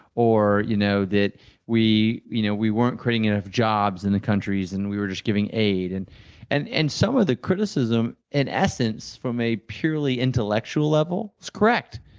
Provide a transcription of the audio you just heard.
or you know that we you know we weren't creating enough jobs in the countries and we were just giving aid. and and and some of the criticism, in essence, from a purely intellectual level was correct.